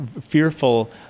fearful